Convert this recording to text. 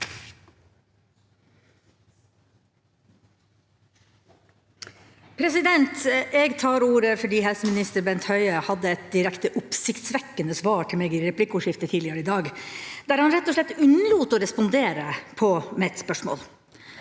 Jeg tar ordet fordi helseminister Bent Høie hadde et direkte oppsiktsvekkende svar til meg i replikkordskiftet tidligere i dag, der han rett og slett unnlot å respondere på mitt spørsmål.